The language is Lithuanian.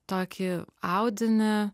tokį audinį